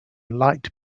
light